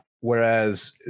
Whereas